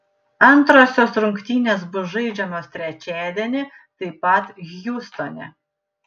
antrosios rungtynės bus žaidžiamos trečiadienį taip pat hjustone